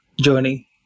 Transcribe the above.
journey